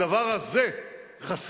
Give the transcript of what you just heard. הדבר הזה חסר.